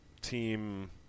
team